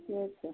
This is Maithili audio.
ठिके छै